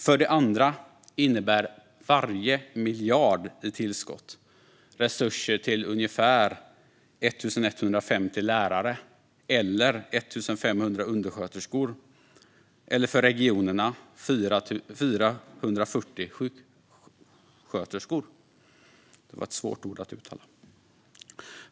För det andra innebär varje miljard i tillskott resurser till ungefär 1 150 lärare eller 1 500 undersköterskor och för regionerna 440 sjuksköterskor.